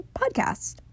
podcast